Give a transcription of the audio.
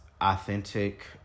authentic